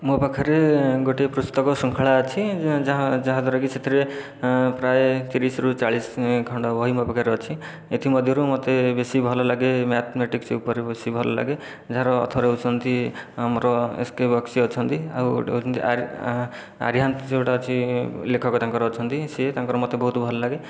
ମୋ' ପାଖରେ ଗୋଟିଏ ପୁସ୍ତକ ଶୃଙ୍ଖଳା ଅଛି ଯାହାଦ୍ଵାରାକି ସେଥିରେ ପ୍ରାୟ ତିରିଶରୁ ଚାଳିଶ ଖଣ୍ଡ ବହି ମୋର ପାଖରେ ଅଛି ଏଥି ମଧ୍ୟରୁ ମୋତେ ବେଶି ଭଲଲାଗେ ମ୍ୟାଥମେଟିକ୍ସ ଉପରେ ବେଶି ଭଲଲାଗେ ଯାହାର ଅଥର ହେଉଛନ୍ତି ଆମର ଏସ୍କେ ବକ୍ସି ଅଛନ୍ତି ଆଉ ଗୋଟିଏ ହେଉଛନ୍ତି ଆରିହାନ୍ତ ଯେଉଁଟା ଅଛି ଲେଖକ ତାଙ୍କର ଅଛନ୍ତି ସେ ତାଙ୍କର ମୋତେ ବହୁତ ଭଲଲାଗେ